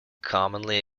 commonly